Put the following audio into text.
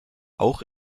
auch